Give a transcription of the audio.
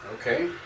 Okay